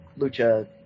Lucha